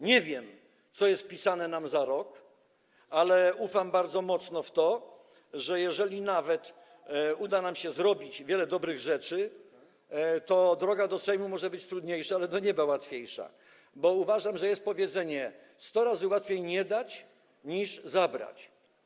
Nie wiem, co jest nam pisane za rok, ale ufam, bardzo mocno w to wierzę, że jeżeli nawet uda nam się zrobić wiele dobrych rzeczy, to droga do Sejmu może być trudniejsza, ale do nieba będzie łatwiejsza, bo jest takie powiedzenie, że sto razy łatwiej nie dać, niż zabrać.